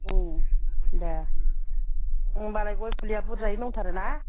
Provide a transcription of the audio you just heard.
उम दे होमबालाय गय फुलिया बुर्जायै दंथारो ना